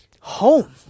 home